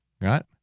Right